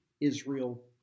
Israel